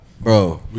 Bro